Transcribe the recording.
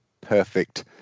perfect